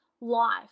life